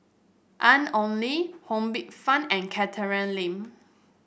Ian Ong Li Ho Poh Fun and Catherine Lim